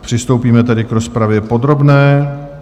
Přistoupíme tedy k rozpravě podrobné.